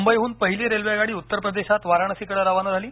मुंबईहून पहिली रेल्वेगाडी उत्तरप्रदेशात वाराणसीकडे रवाना झाली